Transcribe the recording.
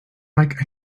like